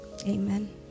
Amen